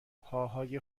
پاهای